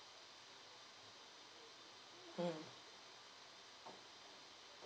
mm